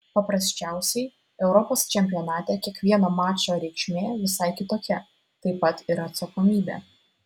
paprasčiausiai europos čempionate kiekvieno mačo reikšmė visai kitokia taip pat ir atsakomybė